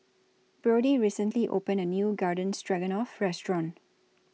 Brody recently opened A New Garden Stroganoff Restaurant